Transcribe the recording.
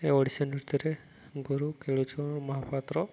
ଏ ଓଡ଼ିଶୀ ନୃତ୍ୟରେ ଗୁରୁ କେଳୁଚରଣ ମହାପାତ୍ର